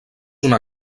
una